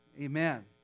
Amen